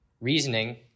reasoning